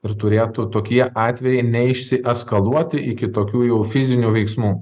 ir turėtų tokie atvejai neišsieskaluoti iki tokių jau fizinių veiksmų